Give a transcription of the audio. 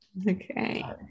Okay